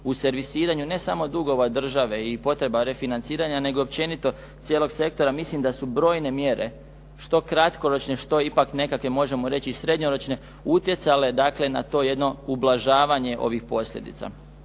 u servisiranju ne samo dugova države i potrebe refinanciranja nego općenito cijelog sektora mislim da su brojne mjere što kratkoročne što ipak nekakve možemo reći srednjoročne utjecale na to jedno ublažavanje ovih posljedica.